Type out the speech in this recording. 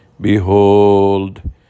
Behold